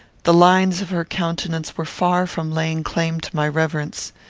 the lines of her countenance were far from laying claim to my reverence.